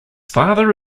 father